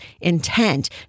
intent